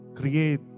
Create